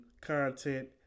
content